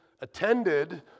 attended